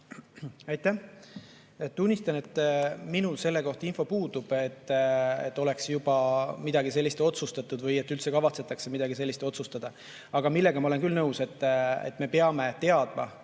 Aitäh! Tunnistan, et minul selle kohta info puudub, et oleks midagi sellist otsustatud või et üldse kavatsetaks midagi sellist otsustada. Aga sellega ma olen küll nõus, et me peame teadma,